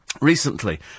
recently